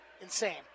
insane